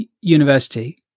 university